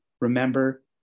remember